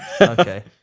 Okay